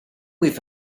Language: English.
with